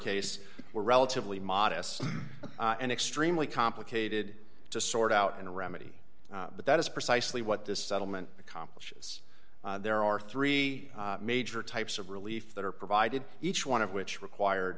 case were relatively modest and extremely complicated to sort out in a remedy but that is precisely what this settlement accomplishes there are three major types of relief that are provided each one of which required